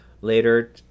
later